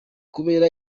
kubera